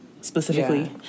specifically